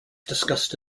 discussed